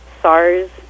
sars